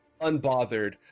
unbothered